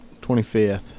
25th